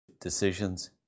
decisions